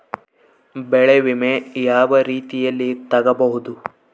ಬೆಳೆ ವಿಮೆ ಯಾವ ರೇತಿಯಲ್ಲಿ ತಗಬಹುದು?